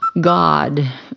god